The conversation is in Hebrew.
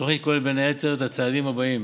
התוכנית כוללת, בין היתר, את הצעדים הבאים,